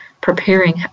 preparing